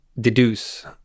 deduce